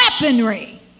weaponry